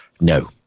no